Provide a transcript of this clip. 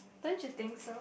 don't you think so